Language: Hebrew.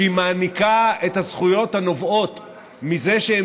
שהיא מעניקה את הזכויות הנובעות מזה שהם